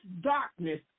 darkness